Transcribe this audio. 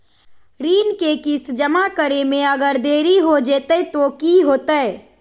ऋण के किस्त जमा करे में अगर देरी हो जैतै तो कि होतैय?